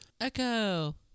Echo